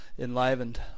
enlivened